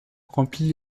remplit